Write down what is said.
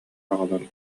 аҕалан